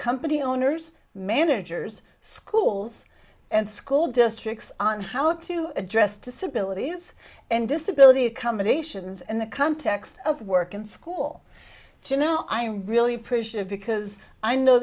company owners managers schools and school districts on how to address disability and disability accommodations in the context of work and school to now i really appreciate because i know